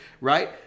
right